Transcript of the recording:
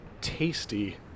tasty